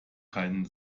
keinen